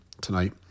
tonight